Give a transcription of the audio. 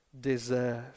deserve